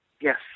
Yes